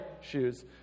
shoes